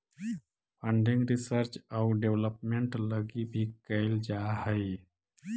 funding research आउ development लगी भी कैल जा हई